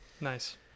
Nice